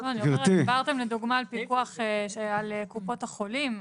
אמרתם לדוגמא פיקוח על קופות החולים,